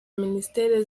ministere